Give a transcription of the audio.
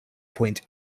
point